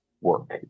work